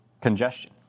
congestion